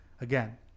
Again